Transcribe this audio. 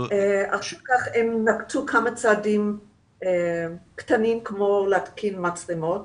אחר כך הם נקטו כמה צעדים קטנים כמו להתקין מצלמות